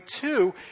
two